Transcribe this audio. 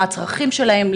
על הצרכים שלהם,